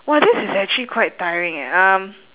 !wah! this is actually quite tiring eh um